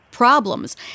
problems